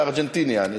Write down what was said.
Argentinian.